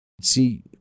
See